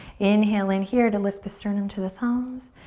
inhale in here to lift the sternum to the thumbs.